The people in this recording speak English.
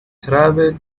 travelled